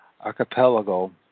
archipelago